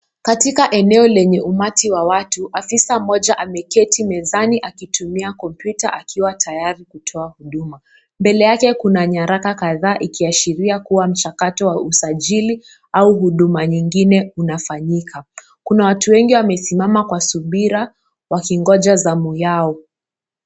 Katika eneo lenye umati wa watu, afisa mmoja ameketi mezani akitumia kompyuta akiwa tayari kutoa huduma. Mbele yake kuna nyaraka kadhaa ikiashiria kuwa mchakato wa usajili au huduma nyingine unafanyika. Kuna watu wengi wamesimama kwa subira wakingoja zamu yao.